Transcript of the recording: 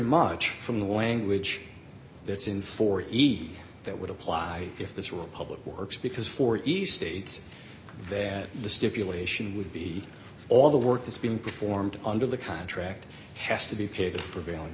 much from the language that's in for eve that would apply if this were public works because for east states that the stipulation would be all the work that's been performed under the contract has to be paid the prevailing